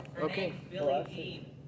Okay